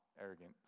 arrogant